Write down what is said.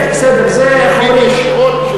שנוגעים ישירות,